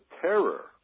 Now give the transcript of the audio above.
terror